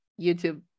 YouTube